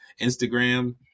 Instagram